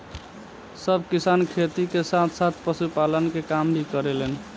सब किसान खेती के साथ साथ पशुपालन के काम भी करेलन